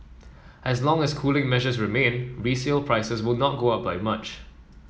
as long as cooling measures remain resale prices will not go up by much